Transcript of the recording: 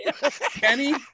Kenny